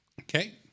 Okay